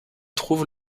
trouve